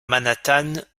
manhattan